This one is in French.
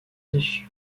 dessus